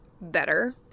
better